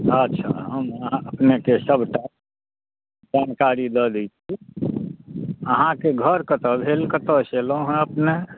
अच्छा हम अपनेके सबटा जानकारी दय दै छी अहाॅंके घर कतय भेल कतय सॅं एलहुॅं हैं अपने